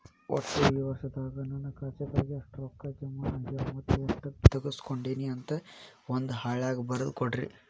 ಒಟ್ಟ ಈ ವರ್ಷದಾಗ ನನ್ನ ಖಾತೆದಾಗ ಎಷ್ಟ ರೊಕ್ಕ ಜಮಾ ಆಗ್ಯಾವ ಮತ್ತ ಎಷ್ಟ ತಗಸ್ಕೊಂಡೇನಿ ಅಂತ ಒಂದ್ ಹಾಳ್ಯಾಗ ಬರದ ಕೊಡ್ರಿ